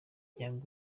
young